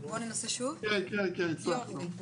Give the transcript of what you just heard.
כן, הצלחנו.